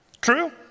true